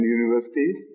universities